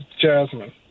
jasmine